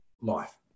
life